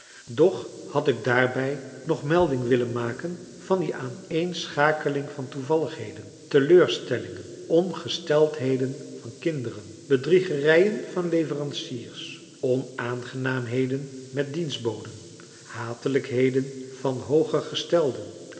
doch had ik daarbij nog melding willen maken van die aaneenschakeling van toevalligheden teleurstellingen ongesteldheden van kinderen bedriegerijen van leveranciers onaangenaamheden met dienstboden hatelijkheden van hoogergestelden